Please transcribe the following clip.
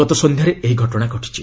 ଗତ ସନ୍ଧ୍ୟାରେ ଏହି ଘଟଣା ଘଟିଛି